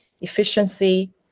efficiency